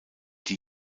die